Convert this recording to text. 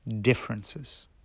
differences